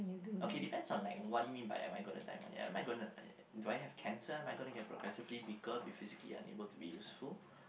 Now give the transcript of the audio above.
okay depends on like what do you mean by am I gonna die in one year am I gonna eh do I have cancer am I gonna get progressively weaker be physically unable to be useful